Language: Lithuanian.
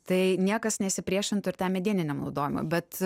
tai niekas nesipriešintų ir tam medieniniam naudojimui bet